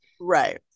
Right